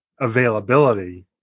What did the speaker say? availability